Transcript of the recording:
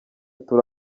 turi